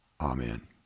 Amen